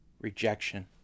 rejection